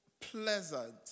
pleasant